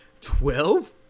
Twelve